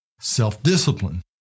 self-discipline